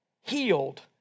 healed